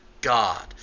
God